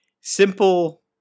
simple